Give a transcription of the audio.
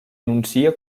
anuncia